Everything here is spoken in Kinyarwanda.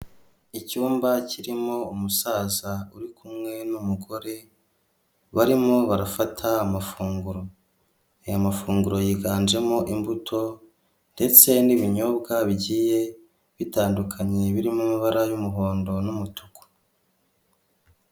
Icyumba kirimo umusaza uri kumwe n'umugore, barimo barafata amafunguro aya mafunguro yiganjemo imbuto ndetse n'ibinyobwa bigiye bitandukanye, birimo amabara y'umuhondo n'umutuku.